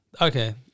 Okay